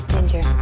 Ginger